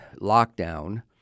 lockdown